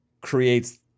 creates